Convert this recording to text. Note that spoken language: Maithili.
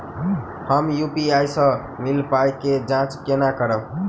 हम यु.पी.आई सअ मिलल पाई केँ जाँच केना करबै?